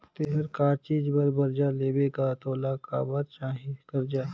ते हर का चीच बर बरजा लेबे गा तोला काबर चाही करजा